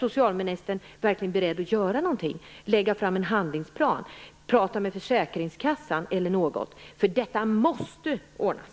Detta måste ordnas!